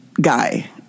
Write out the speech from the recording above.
guy